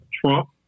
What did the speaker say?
Trump